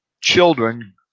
children